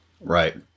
Right